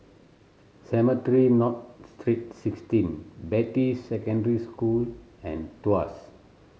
Cemetry North Street Sixteen Beatty Secondary School and Tuas